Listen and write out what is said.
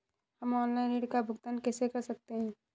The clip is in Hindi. हम ऑनलाइन ऋण का भुगतान कैसे कर सकते हैं?